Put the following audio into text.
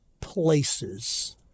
places